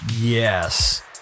Yes